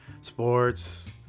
sports